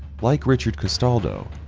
like richard castaldo,